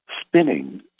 spinning